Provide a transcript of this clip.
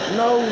no